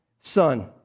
Son